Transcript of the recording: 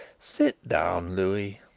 sit down, louis,